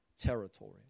territory